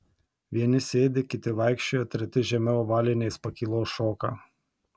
vieni sėdi kiti vaikščioja treti žemiau ovalinės pakylos šoka